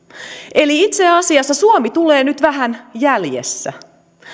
eli itse asiassa suomi tulee nyt vähän jäljessä